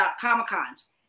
Comic-Cons